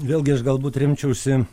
vėlgi aš galbūt remčiausi